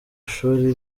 ishuri